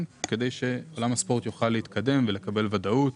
כדי שעולם הספורט יוכל להתקדם ולקבל ודאות